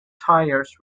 tires